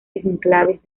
enclaves